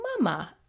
Mama